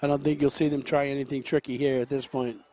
i don't think you'll see them try anything tricky here at this point